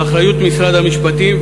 הם באחריות משרד המשפטים,